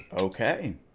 Okay